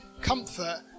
comfort